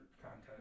content